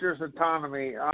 autonomy